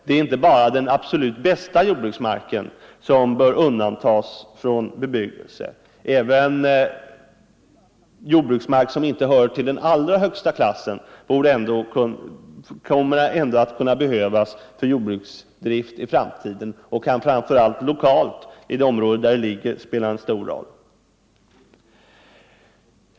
Det är inte bara den absolut bästa jordbruksmarken som bör undantas från bebyggelse. Även jordbruksmark som inte hör till den allra högsta klassen kommer att behövas för jordbruksdrift i framtiden. Framför allt spelar detta stor roll för de områden där jordbruken ligger.